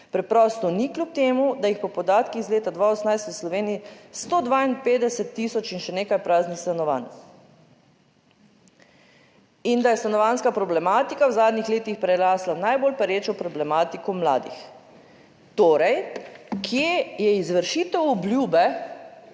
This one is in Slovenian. preprosto ni, kljub temu, da jih je po podatkih iz leta 2018 v Sloveniji 152000 in še nekaj praznih stanovanj. In da je stanovanjska problematika v zadnjih letih prerasla v najbolj perečo problematiko mladih. Torej, kje je izvršitev obljube